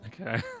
Okay